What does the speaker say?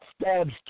stabs